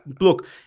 look